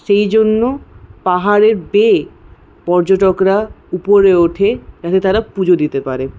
সেই জন্য পাহাড়ে বেয়ে পর্যটকরা উপরে ওঠে যাতে তারা পুজো দিতে পারে